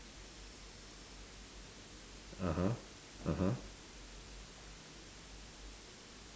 (uh huh) (uh huh)